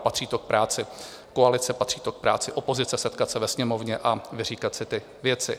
Patří to k práci koalice, patří to k práci opozice setkat se ve Sněmovně a vyříkat si ty věci.